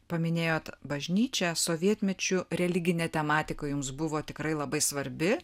paminėjot bažnyčią sovietmečiu religinė tematika jums buvo tikrai labai svarbi